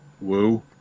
Woo